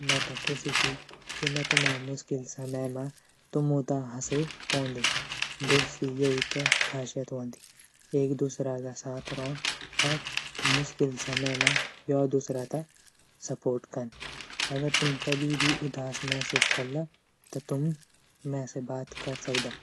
में त ख़ुशी ची की में तुम्हा मुश्किल समय म तुम्हू त हंसे पोंदू दोस्ती यही त ख़ासियत वंदी एक दूसरा ग साथ रोण और मुश्किल समय म य दूसरा त सपोर्ट कन अगर तुम कभी भी उदास महसूस कला त तुम में से बात कर सकदा।